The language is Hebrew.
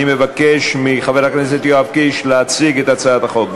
אני מבקש מחבר הכנסת יואב קיש להציג את הצעת החוק.